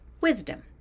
wisdom